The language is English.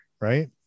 right